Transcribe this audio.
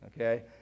okay